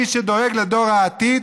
מי שדואג לדור העתיד,